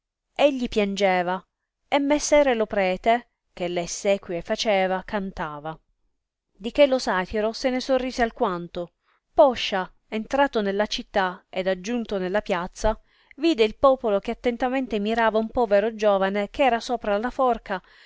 sepoltura egli piangeva e messere lo prete che le essequie faceva cantava di che lo satiro se ne sorrise alquanto poscia entrato nella città ed aggiunto nella piazza vide il popolo che attentamente mirava un povero giovane eh era sopra la forca